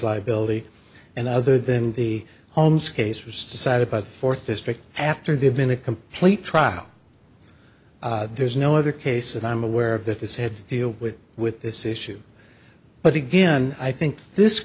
liability and other than the holmes case was decided by the fourth district after they've been a complete trial there's no other case that i'm aware of that is had to deal with with this issue but again i think this